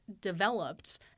developed